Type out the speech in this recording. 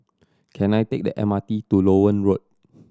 can I take the M R T to Loewen Road